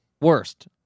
Worst